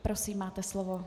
Prosím, máte slovo.